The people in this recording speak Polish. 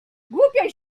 głupio